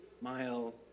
mile